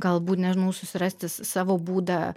galbūt nežinau susirasti savo būdą